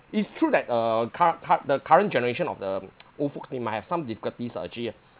it's true that uh cur~ cur~ the current generation of the old folks they might have some difficulties uh actually